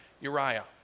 Uriah